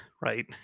right